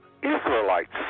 Israelites